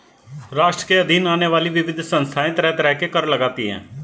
राष्ट्र के अधीन आने वाली विविध संस्थाएँ तरह तरह के कर लगातीं हैं